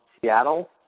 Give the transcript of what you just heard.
Seattle